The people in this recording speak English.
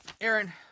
Aaron